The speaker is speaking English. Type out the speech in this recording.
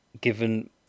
given